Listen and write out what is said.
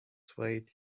swayed